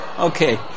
Okay